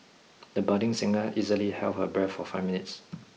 the budding singer easily held her breath for five minutes